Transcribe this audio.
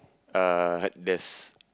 uh there's